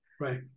right